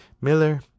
Miller